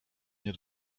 nie